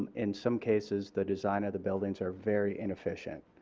in some cases, the design of the buildings are very inefficient.